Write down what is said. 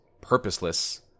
purposeless